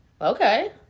Okay